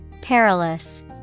Perilous